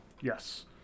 Yes